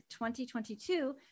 2022